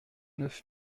neuf